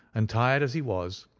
and, tired as he was,